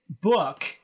book